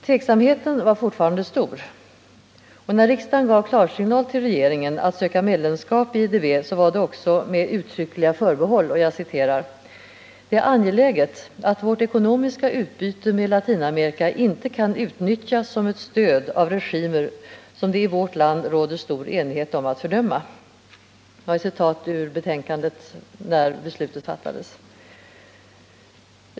Tveksamheten var fortfarande stor, och när riksdagen gav klarsignal för regeringen att söka medlemskap i IDB var det också med uttryckliga förbehåll: ”Det är angeläget att vårt ekonomiska utbyte med Latinamerika inte kan utnyttjas som ett stöd av regimer som det i vårt land råder stor enighet om att fördöma.” Det är ett citat ur det betänkande som förelåg när beslutet fattades.